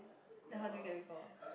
then how do you get before